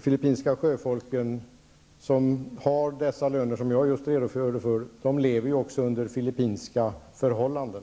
filippinska sjöfolket, som har de löner som jag redogjorde för, lever under filippinska förhållanden.